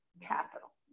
capital